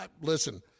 listen